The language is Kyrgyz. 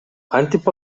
кантип